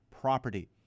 property